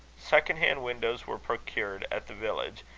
second-hand windows were procured at the village,